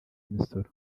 imisoro